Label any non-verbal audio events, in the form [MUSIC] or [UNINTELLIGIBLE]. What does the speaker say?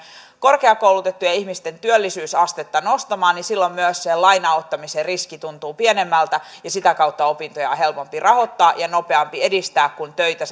korkeakoulutettujen ihmisten työllisyysastetta nostamaan niin silloin myös se lainan ottamisen riski tuntuu pienemmältä ja sitä kautta opintoja on helpompi rahoittaa ja nopeampi edistää kun töitä [UNINTELLIGIBLE]